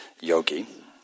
yogi